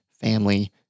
family